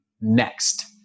next